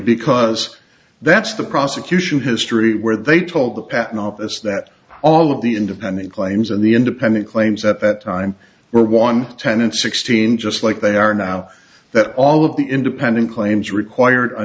because that's the prosecution history where they told the patent office that all of the independent claims and the independent claims that time were one ten and sixteen just like they are now that all of the independent claims required a